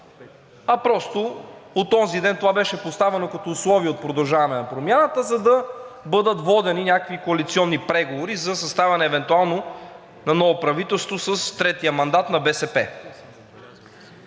просто от онзи ден това беше поставено като условие от „Продължаваме Промяната“, за да бъдат водени някакви коалиционни преговори за съставяне евентуално на ново правителство с третия мандат на БСП.